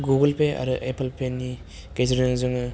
Google pay आरो Apple पेनि गेजेरजों जोङो